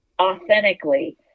authentically